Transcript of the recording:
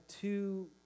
two